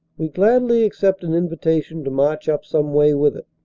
we gladly accept an invitation to march up some way with it.